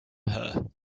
her